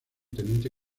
teniente